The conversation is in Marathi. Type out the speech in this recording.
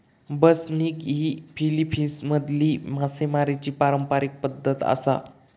बसनिग ही फिलीपिन्समधली मासेमारीची पारंपारिक पद्धत आसा